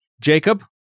Jacob